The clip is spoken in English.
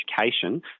Education